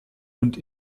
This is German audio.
und